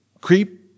creep